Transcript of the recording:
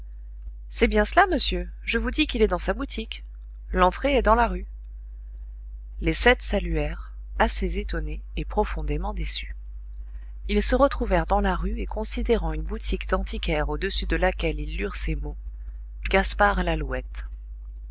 c'est bien cela monsieur je vous dis qu'il est dans sa boutique l'entrée est dans la rue les sept saluèrent assez étonnés et profondément déçus ils se retrouvèrent dans la rue et considérant une boutique d'antiquaire au-dessus de laquelle ils lurent ces mots gaspard lalouette